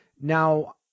Now